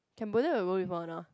Cambodia got go before or no